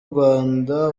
rwanda